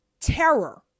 terror